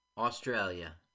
Australia